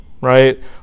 right